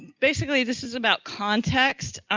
basically this is about context,